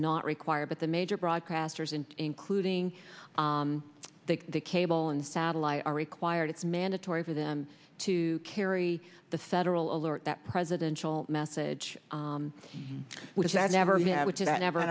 not required but the major broadcasters and including the cable and satellite are required it's mandatory for them to carry the federal alert that presidential message which i never did i never